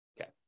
Okay